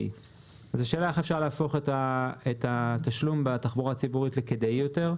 השאלה איך אפשר להפוך את התשלום בתחבורה הציבורית לכדאי יותר,